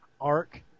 arc